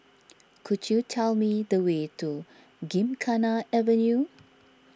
could you tell me the way to Gymkhana Avenue